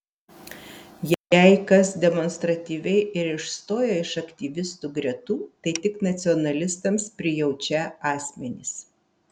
jei kas demonstratyviai ir išstojo iš aktyvistų gretų tai tik nacionalistams prijaučią asmenys